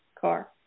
car